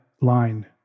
line